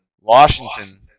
Washington